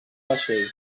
vaixell